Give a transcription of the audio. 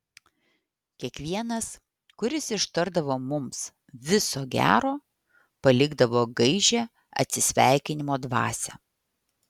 kiekvienas kuris ištardavo mums viso gero palikdavo gaižią atsisveikinimo dvasią